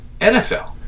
NFL